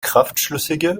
kraftschlüssige